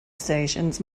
stations